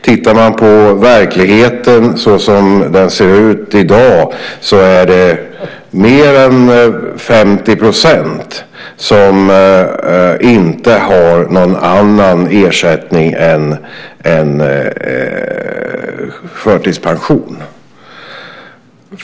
Tittar man på verkligheten såsom den ser ut i dag är det mer än 50 % som inte har någon annan ersättning än förtidspension.